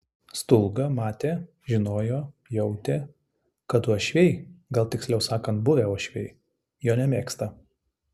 stulga matė žinojo jautė kad uošviai gal tiksliau sakant buvę uošviai jo nemėgsta